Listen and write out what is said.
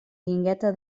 guingueta